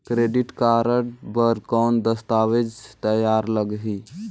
Credit card बर कौन दस्तावेज तैयार लगही?